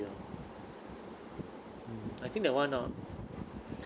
hmm I think that [one] hor